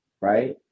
right